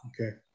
Okay